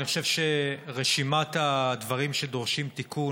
אני חושב שרשימת הדברים שדורשים תיקון